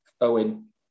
Owen